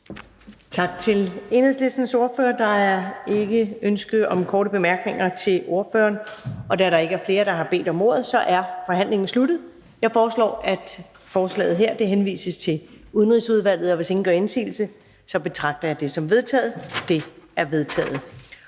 Tak til Enhedslistens ordfører. Der er ikke ønske om korte bemærkninger til ordføreren. Da der ikke er flere, der har bedt om ordet, er forhandlingen sluttet. Jeg foreslår, at forslaget til folketingsbeslutning henvises til Udenrigsudvalget. Hvis ingen gør indsigelse, betragter jeg dette som vedtaget. Det er vedtaget.